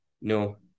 No